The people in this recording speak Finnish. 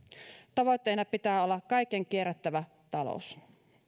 tavoitteena pitää olla kaiken kierrättävä talous